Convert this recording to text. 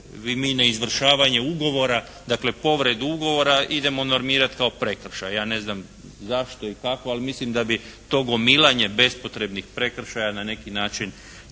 izvršavanje ugovora dakle povredu ugovora idemo normirati kao prekršaj. Ja ne znam zašto i kako, ali mislim da bi to gomilanje bespotrebnih prekršaja na neki način